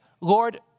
Lord